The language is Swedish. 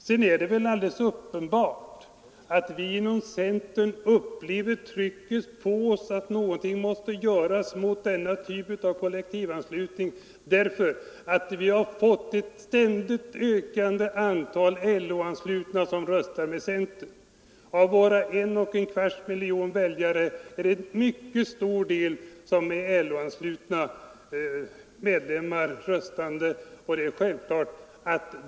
Sedan är det väl alldeles uppenbart att vi inom centern upplever trycket på oss att någonting måste göras mot kollektivanslutningen, därför att ett ständigt ökande antal LO-anslutna röstar med centern. Av våra en och en kvarts miljon väljare är en mycket stor del LO-anslutna.